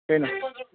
ꯍꯣꯏꯅꯦ